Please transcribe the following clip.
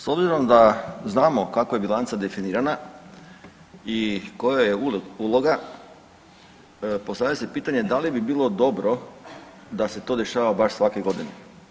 S obzirom da znamo kako je bilanca definirana i koja joj je uloga postavlja se pitanje da li bi bilo dobro da se to dešava baš svake godine?